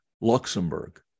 Luxembourg